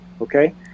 Okay